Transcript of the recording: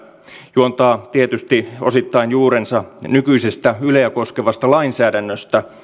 juontaa tietysti osittain juurensa nykyisestä yleä koskevasta lainsäädännöstä